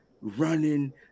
running